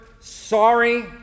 sorry